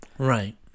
Right